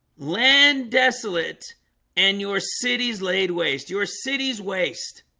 land desolate and your cities laid waste your city's waste